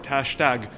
#Hashtag